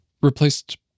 Replaced